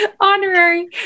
honorary